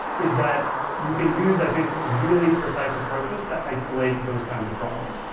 is that you can use i think really precise approaches to isolate those kinds of problems.